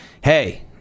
Hey